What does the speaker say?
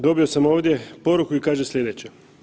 Dobio sam ovdje poruku i kaže slijedeće.